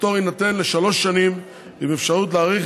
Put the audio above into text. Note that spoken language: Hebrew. הפטור יינתן לשלוש שנים עם אפשרות להאריך